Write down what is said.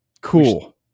cool